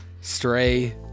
Stray